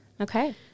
Okay